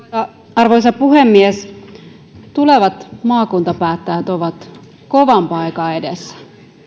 arvoisa puhemies tulevat maakuntapäättäjät ovat kovan paikan edessä